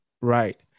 Right